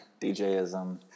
DJism